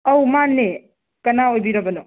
ꯑꯧ ꯃꯥꯟꯅꯦ ꯀꯅꯥ ꯑꯣꯏꯕꯤꯔꯕꯅꯣ